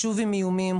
שוב איומים,